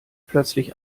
plötzlich